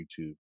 YouTube